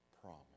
promise